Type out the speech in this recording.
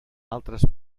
altres